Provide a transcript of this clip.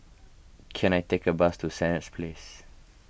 can I take a bus to Senett Place